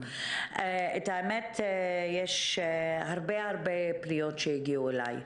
האמת שיש הרבה הרבה פניות שהגיעו אליי,